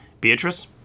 Beatrice